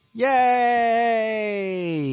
Yay